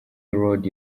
road